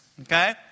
okay